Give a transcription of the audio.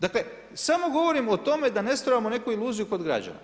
Dakle, samo govorimo o tome, da ne stvorimo neku iluziju kod građana.